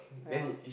warehouse